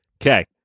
Okay